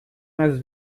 mais